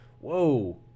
whoa